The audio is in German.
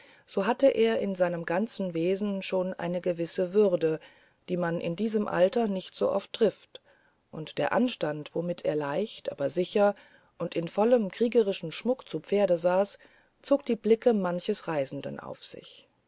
so hatte er in seinem ganzen wesen schon eine gewisse würde die man in diesem alter nicht so oft trifft und der anstand womit er leicht aber sicher und in vollem kriegerischen schmuck zu pferd saß zog die blicke manches der reisenden auf sich